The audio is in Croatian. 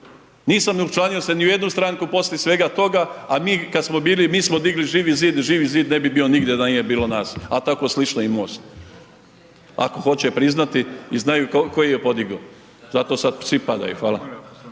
nisam učlanio se ni u jednu stranku poslije svega toga, a mi kad smo bili, mi smo digli Živi Zid, Živi Zid ne bi bio nigdje da nije bilo nas, a tako slično i MOST, ako hoće priznati i znaju tko ih je podigao, zato sad svi padaju. Hvala.